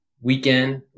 weekend